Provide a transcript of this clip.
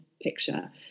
picture